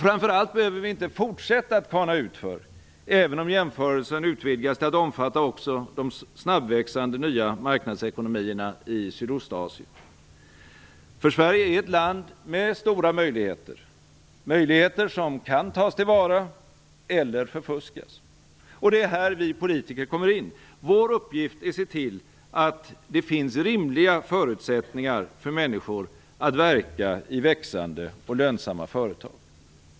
Framför allt behöver vi inte fortsätta att kana utför, även om jämförelsen utvidgas till att omfatta också de snabbväxande nya marknadsekonomierna i Sydostasien. För Sverige är ett land med stora möjligheter - möjligheter som kan tas till vara eller förfuskas. Det är här vi politiker kommer in. Vår uppgift är att se till att det finns rimliga förutsättningar för människor att verka i växande och lönsamma företag.